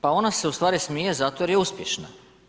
Pa ona se ustvari smije, zato jer je uspješna.